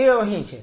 તે અહીં છે